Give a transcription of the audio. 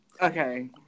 Okay